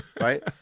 Right